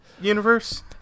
universe